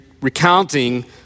recounting